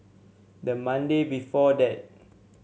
the Monday before that